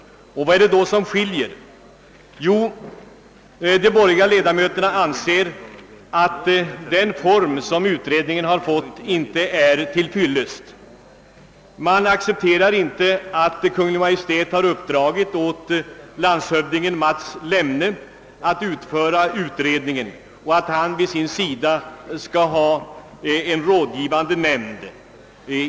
Vad är det då som skiljer? Jo, de borgerliga ledamöterna anser att den form som utredningen har fått inte är till fyllest. Man accepterar inte att Kungl. Maj:t har uppdragit åt landshövding Mats Lemne att utföra utredningen och att denne vid sin sida skall ha en rådgivande nämnd.